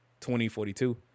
2042